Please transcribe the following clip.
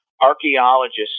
archaeologists